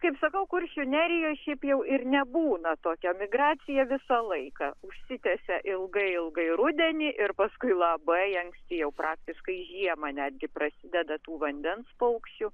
kaip sakau kuršių nerijoje šiaip jau ir nebūna tokia migracija visą laiką užsitęsia ilgai ilgai rudenį ir paskui labai anksti jau praktiškai žiemą netgi prasideda tų vandens paukščių